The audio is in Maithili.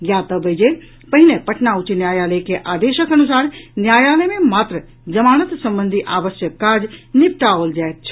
ज्ञातव्य अछि जे पहिने पटना उच्च न्यायालय के आदेशक अनुसार न्यायालय मे मात्र जमानत संबंधी आवश्यक काज निपटाओल जायत छल